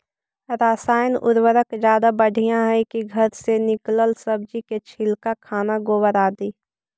रासायन उर्वरक ज्यादा बढ़िया हैं कि घर से निकलल सब्जी के छिलका, खाना, गोबर, आदि?